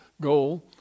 goal